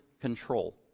control